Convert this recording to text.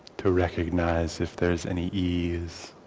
to recognize if there's any ease